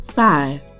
five